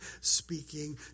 speaking